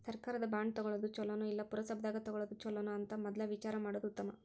ಸರ್ಕಾರದ ಬಾಂಡ ತುಗೊಳುದ ಚುಲೊನೊ, ಇಲ್ಲಾ ಪುರಸಭಾದಾಗ ತಗೊಳೊದ ಚುಲೊನೊ ಅಂತ ಮದ್ಲ ವಿಚಾರಾ ಮಾಡುದ ಉತ್ತಮಾ